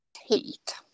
Heat